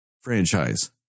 franchise